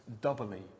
doubly